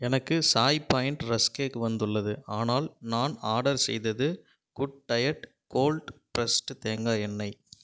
எனக்கு Chai Point rusk cake வந்துள்ளது ஆனால் நான் ஆர்டர் செய்தது குட் டயட் கோல்ட் பிரஸ்டு தேங்காய் எண்ணெய்